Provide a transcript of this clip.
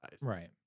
Right